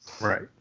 Right